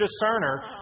discerner